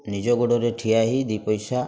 ନିଜ ଗୋଡ଼ରେ ଠିଆ ହେଇ ଦୁଇପଇସା